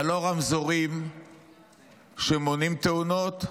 אבל לא רמזורים שמונעים תאונות,